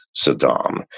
Saddam